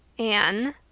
anne,